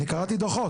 אני קראתי דוחות.